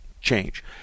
change